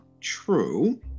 true